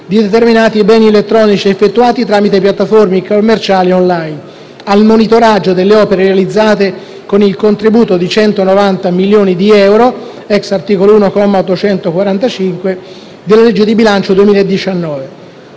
di determinati beni elettronici effettuate tramite piattaforme commerciali *online*; al monitoraggio delle opere realizzate con il contributo di 190 milioni di euro, *ex* articolo l, comma 845, della legge di bilancio 2019;